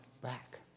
back